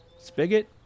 Spigot